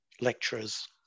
lecturers